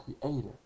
Creator